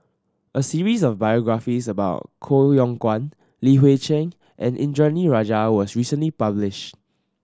a series of biographies about Koh Yong Guan Li Hui Cheng and Indranee Rajah was recently published